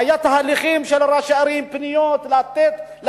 היו תהליכים של ראשי ערים ופניות להקצות